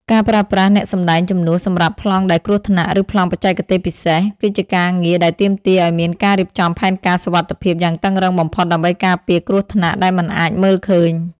ការប្រើប្រាស់អ្នកសម្ដែងជំនួសសម្រាប់ប្លង់ដែលគ្រោះថ្នាក់ ឬប្លង់បច្ចេកទេសពិសេស គឺជាការងារដែលទាមទារឱ្យមានការរៀបចំផែនការសុវត្ថិភាពយ៉ាងតឹងរ៉ឹងបំផុតដើម្បីការពារគ្រោះថ្នាក់ដែលមិនអាចមើលឃើញ។